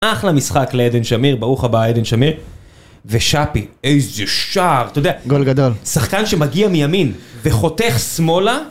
אחלה משחק לעדן שמיר, ברוך הבאה עדן שמיר ושפי, איזה שער, אתה יודע גול גדול שחקן שמגיע מימין וחותך שמאלה